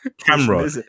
Camera